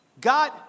God